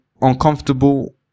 uncomfortable